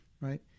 right